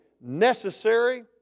necessary